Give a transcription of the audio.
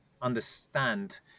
understand